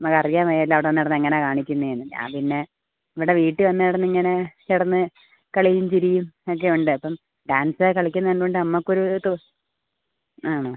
നമ്മൾ അറിയാൻ വയ്യല്ലോ അവിടെ വന്ന് കിടന്ന് എങ്ങനെയാണ് കാണിക്കുന്നത് എന്ന് ഞാൻ പിന്നെ ഇവിടെ വീട്ടിൽ വന്ന് കിടന്നിങ്ങനെ കിടന്ന് കളിയും ചിരിയും ഒക്കെ ഉണ്ട് അപ്പം ഡാൻസ് ഒക്കെ കളിക്കുന്ന കണ്ടുകൊണ്ട് നമുക്ക് ഒരു ഒരിത് ആണോ